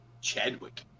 Chadwick